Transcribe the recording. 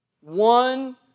one